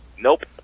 nope